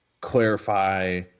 clarify